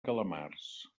calamars